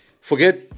Forget